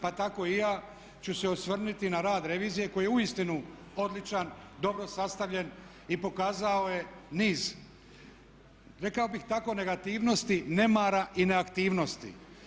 Pa tako i ja ću se osvrnuti na rad revizije koji je uistinu odličan, dobro sastavljen i pokazao je niz, rekao bih tako negativnosti, nemara i neaktivnosti.